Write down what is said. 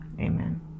Amen